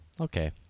Okay